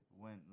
Went